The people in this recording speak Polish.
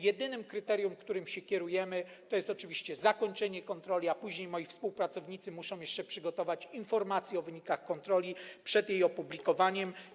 Jedynym kryterium, którym się kierujemy, to jest oczywiście zakończenie kontroli, a później moi współpracownicy muszą jeszcze przygotować informację o wynikach kontroli przed jej opublikowaniem.